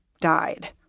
died